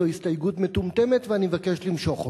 זו הסתייגות מטומטמת, ואני מבקש למשוך אותה.